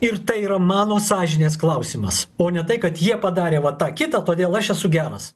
ir tai yra mano sąžinės klausimas o ne tai kad jie padarė va tą kitą todėl aš esu geras